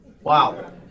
wow